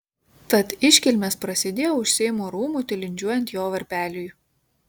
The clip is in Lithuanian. tad iškilmės prasidėjo už seimo rūmų tilindžiuojant jo varpeliui